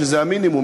שזה המינימום,